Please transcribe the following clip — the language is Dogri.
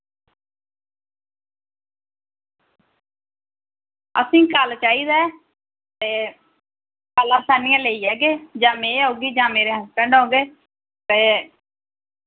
असें कल चाहिदा ऐ ते कल अस आह्नियै लेई जागे जां मैं औगी जां मेरे हस्बैंड औगे ते